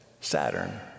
Saturn